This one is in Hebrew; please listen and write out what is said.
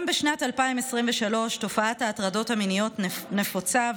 גם בשנת 2023 תופעת ההטרדות המיניות נפוצה,